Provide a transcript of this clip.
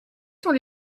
sont